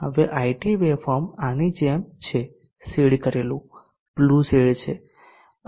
હવે IT waveform આની જેમ છે શેડ કરેલું બ્લુ શેડ છે